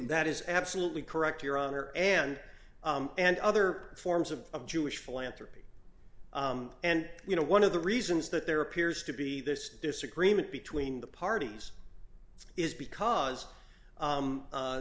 that is absolutely correct your honor and and other forms of jewish philanthropy and you know one of the reasons that there appears to be this disagreement between the parties is because